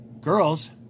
Girls